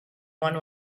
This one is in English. one